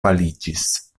paliĝis